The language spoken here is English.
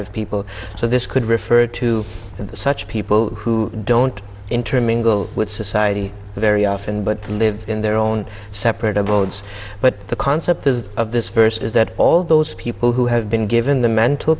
have people so this could refer to such people who don't intermingle with society very often but live in their own separate abodes but the concept of this verse is that all those people who have been given the mental